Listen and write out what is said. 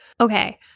Okay